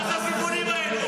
מה זה הסיבונים האלה?